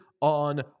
on